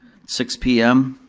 six p m.